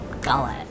gullet